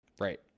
right